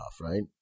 right